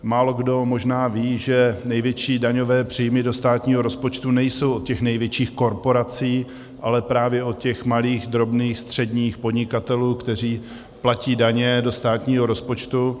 Málokdo možná ví, že největší daňové příjmy do státního rozpočtu nejsou od těch největších korporací, ale právě od těch malých, drobných, středních podnikatelů, kteří platí daně do státního rozpočtu.